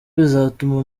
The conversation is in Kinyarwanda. bizatuma